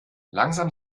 langsam